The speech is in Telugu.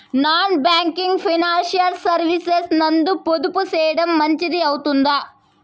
నాన్ బ్యాంకింగ్ ఫైనాన్షియల్ సర్వీసెస్ నందు పొదుపు సేయడం మంచిది అవుతుందా?